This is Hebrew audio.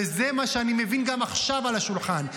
וזה מה שאני מבין שגם עכשיו על השולחן.